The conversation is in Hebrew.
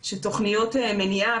שתוכניות מניעה,